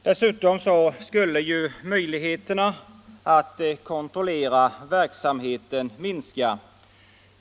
Dessutom skulle ju möjligheterna att kontrollera verksamheten minska.